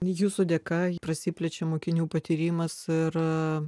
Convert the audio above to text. jūsų dėka prasiplečia mokinių patyrimas ir